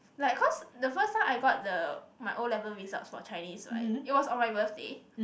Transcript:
like cause the first time I got the my O level results for Chinese right it was on my birthday